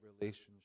relationship